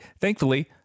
Thankfully